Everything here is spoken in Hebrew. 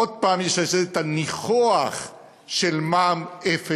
עוד פעם יש לזה את הניחוח של מע"מ אפס.